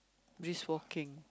brisk walking